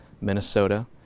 Minnesota